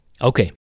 Okay